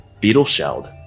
beetle-shelled